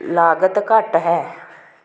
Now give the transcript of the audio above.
ਲਾਗਤ ਘੱਟ ਹੈ